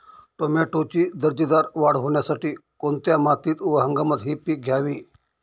टोमॅटोची दर्जेदार वाढ होण्यासाठी कोणत्या मातीत व हंगामात हे पीक घ्यावे?